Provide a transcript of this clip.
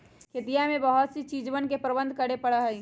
खेतिया में बहुत सी चीजवन के प्रबंधन करे पड़ा हई